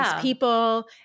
people